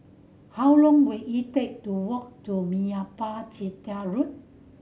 how long will it take to walk to Meyappa Chettiar Road